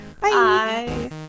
bye